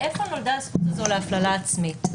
לשאלה מהיכן נולדה הזכות הזאת להפללה עצמית.